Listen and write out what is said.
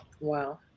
wow